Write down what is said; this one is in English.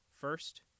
first